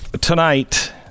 Tonight